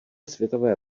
světové